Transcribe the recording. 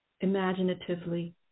imaginatively